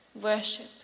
worship